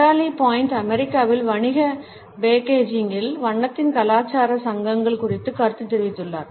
Natalie Boyd அமெரிக்காவில் வணிக பேக்கேஜிங்கில் வண்ணத்தின் கலாச்சார சங்கங்கள் குறித்து கருத்து தெரிவித்துள்ளார்